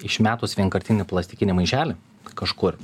išmetus vienkartinį plastikinį maišelį kažkur